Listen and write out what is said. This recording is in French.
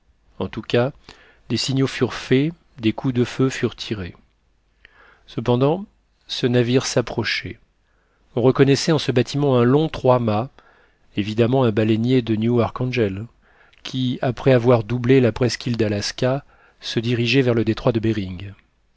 en tout cas des signaux furent faits des coups de feu furent tirés cependant ce navire s'approchait on reconnaissait en ce bâtiment un long trois-mâts évidemment un baleinier de new arkhangel qui après avoir doublé la presqu'île d'alaska se dirigeait vers le détroit de behring